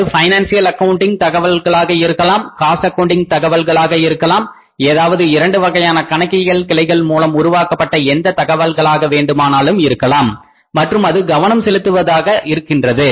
அது financial accounting தகவல்களாக இருக்கலாம் காஸ்ட் அக்கவுண்டிங் தகவல்களாக இருக்கலாம் ஏதாவது இரண்டு வகையான கணக்கியல் கிளைகள் மூலம் உருவாக்கப்பட்ட எந்த தகவல்களாக வேண்டுமானாலும் இருக்கலாம் மற்றும் அது கவனம் செலுத்துவதாக இருக்கின்றது